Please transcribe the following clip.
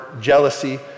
jealousy